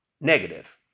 negative